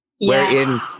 wherein